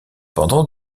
pendant